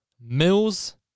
Mills